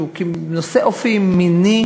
שהוא נושא אופי מיני